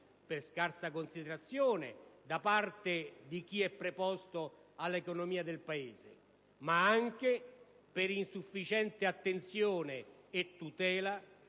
per scarsa considerazione da parte di chi è preposto all'economia del Paese, ma anche per insufficiente attenzione e tutela